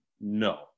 No